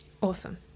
awesome